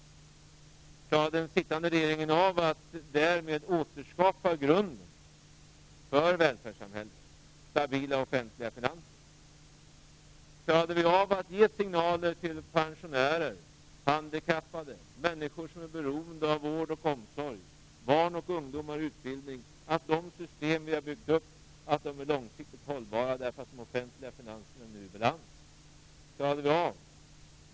Klarade den sittande regeringen av att därmed återskapa grunden för välfärdssamhället, stabila offentliga finanser? Klarade regeringen av att ge signaler till pensionärer, handikappade, människor som är beroende av vård och omsorg, barn och ungdomar i utbildning om att de system som vi byggt upp är långsiktigt hållbara därför att de offentliga finanserna är i balans?